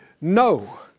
No